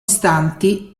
istanti